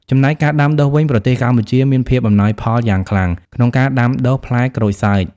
ចំណែកការដាំដុះវិញ ប្រទេសកម្ពុជាមាន ភាពអំណោយផលយ៉ាងខ្លាំង ក្នុងការដាំដុះផ្លែក្រូចសើច។